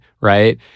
right